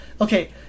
Okay